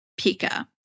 Pika